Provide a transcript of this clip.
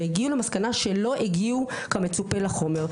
והגיע למסקנה שלא הגיעו כמצופה לחומר.